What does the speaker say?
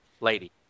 Lady